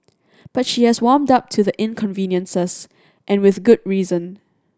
but she has warmed up to the inconveniences and with good reason